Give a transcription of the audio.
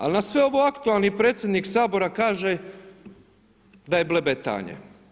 Ali na sve ovo aktualni predsjednik Sabora kaže da je blebetanje.